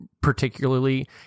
particularly